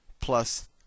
plus